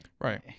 Right